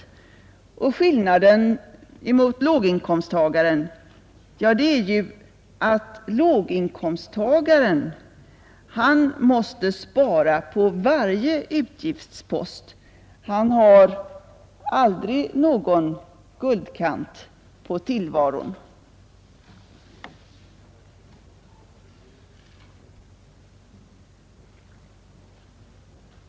Skillnaden mot låginkomsttagaren är ju att låginkomsttagaren måste spara på varje utgiftspost. Han har aldrig någon guldkant på tillvaron.